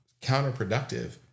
counterproductive